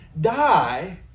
die